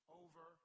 over